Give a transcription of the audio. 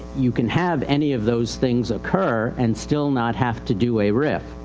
you can have any of those things occur and still not have to do a rif.